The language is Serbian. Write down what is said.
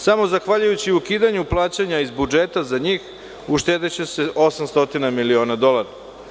Samo zahvaljujući ukidanju plaćanja iz budžeta za njih uštedeće se 800 miliona dolara.